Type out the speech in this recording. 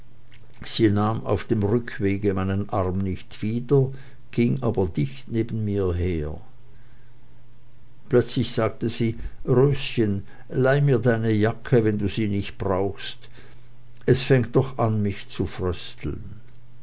sie nahm auf dem rückwege meinen arm nicht wieder ging aber dicht neben mir her plötzlich sagte sie röschen leih mir deine jacke wenn du sie nicht brauchst es fängt doch an mich zu frösteln